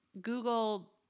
Google